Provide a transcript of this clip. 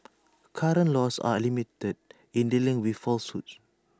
current laws are limited in dealing with falsehoods